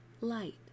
light